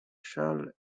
charles